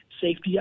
safety